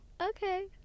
okay